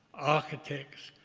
architects,